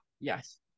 Yes